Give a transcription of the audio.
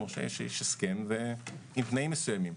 מורשה עם תנאים מסוימים.